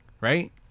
right